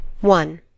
One